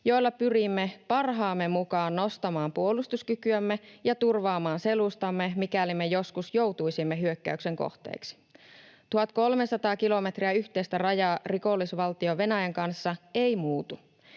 joilla pyrimme parhaamme mukaan nostamaan puolustuskykyämme ja turvaamaan selustamme, mikäli me joskus joutuisimme hyökkäyksen kohteeksi. 1 300 kilometriä yhteistä rajaa rikollisvaltio Venäjän kanssa ei muutu.